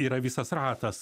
yra visas ratas